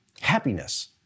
happiness